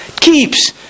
Keeps